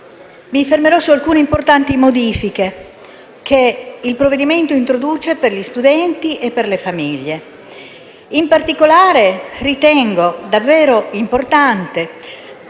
il tema - su alcune importanti modifiche che il provvedimento introduce per gli studenti e le famiglie. In particolare, ritengo davvero importante